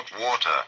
water